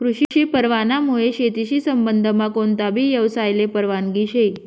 कृषी परवानामुये शेतीशी संबंधमा कोणताबी यवसायले परवानगी शे